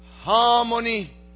Harmony